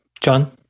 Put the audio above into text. John